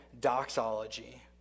doxology